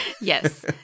Yes